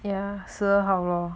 ya sa 好咯